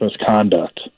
misconduct